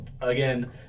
again